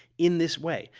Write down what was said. in this way,